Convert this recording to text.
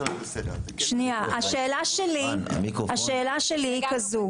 --- השאלה שלי היא כזו.